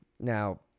Now